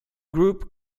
group